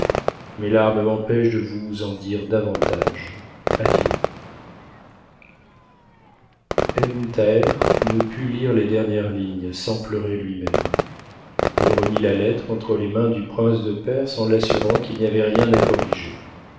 mes larmes m'empêchent de vous en dire davantage adieu ebn thaher ne put lire les dernières lignes sans pleurer lui-même i remit la lettre entre les mains du prince de perse en t'assurant qu'il n'y avait rien à corriger